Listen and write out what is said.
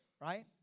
right